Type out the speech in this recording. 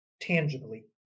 Tangibly